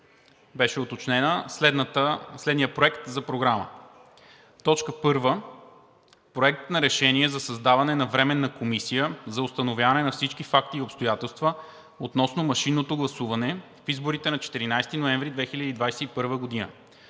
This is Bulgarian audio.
беше уточнен следният Проект за програма: „1. Проект на решение за създаване на Временна комисия за установяване на всички факти и обстоятелства относно машинното гласуване в изборите на 14 ноември 2021 г.